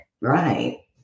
Right